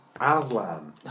Aslan